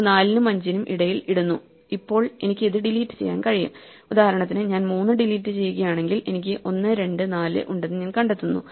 ഇത് 4 നും 5 നും ഇടയിൽ ഇടുന്നു ഇപ്പോൾ എനിക്ക് ഇത് ഡിലീറ്റ് ചെയ്യാൻ കഴിയും ഉദാഹരണത്തിന് ഞാൻ 3 ഡിലീറ്റ് ചെയ്യുകയാണെങ്കിൽ എനിക്ക് 1 2 4 ഉണ്ടെന്ന് ഞാൻ കണ്ടെത്തുന്നു